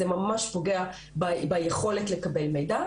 זה ממש פוגע ביכולת לקבל מידע.